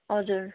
हजुर